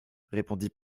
répondit